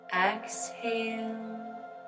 exhale